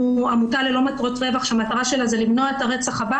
אנחנו עמותה ללא מטרות רווח שמטרתה למנוע את הרצח הבא